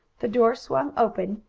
the door swung open,